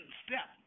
step